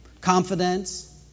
confidence